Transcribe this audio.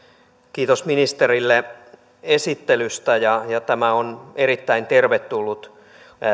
kiitos ministerille esittelystä tämä on erittäin tervetullut